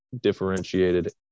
differentiated